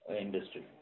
industry